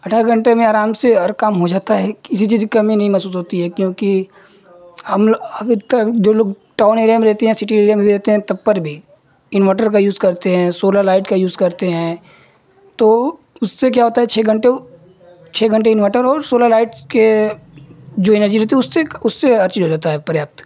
अठारह घण्टे में आराम से हर काम हो जाता है किसी चीज़ की कमी नहीं महसूस होती है क्योंकि हमलोग अधिकतर जो लोग टाउन एरिया में रहते हैं या सिटी एरिया में भी रहते हैं तब पर भी इन्वर्टर का यूज़ करते हैं सोलर लाइट का यूज़ करते हैं तो उससे क्या होता है छह घण्टे छह घण्टे इन्वर्टर और सोलर लाइट की जो एनर्जी रहती है उससे उससे हर चीज़ हो जाती है पर्याप्त